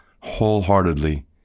wholeheartedly